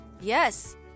Yes